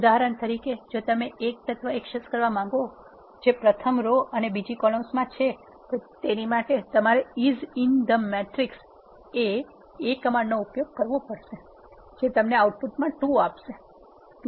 ઉદાહરણ તરીકે જો તમે એક તત્વ એક્સેસ કરવા માંગતા હોવ જે પ્રથમ રો અને બીજી કોલમ્સ માં છે તેની માટે તમારે is in the matrix A command નો ઉપયોગ કરવો પડશે જે તમને આઉટપુટમાં ૨ આપશે